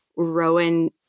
Rowan